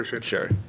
sure